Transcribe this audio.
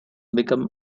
become